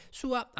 sua